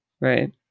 Right